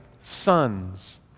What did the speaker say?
sons